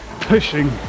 pushing